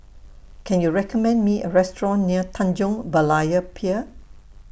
Can YOU recommend Me A Restaurant near Tanjong Berlayer Pier